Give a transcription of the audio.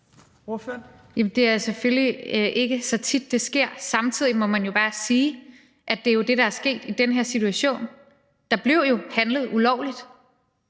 Det er selvfølgelig ikke så tit, det sker. Samtidig må man bare sige, at det jo er det, der er sket i den her situation. Der blev jo handlet ulovligt,